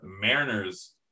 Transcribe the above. Mariners